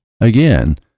Again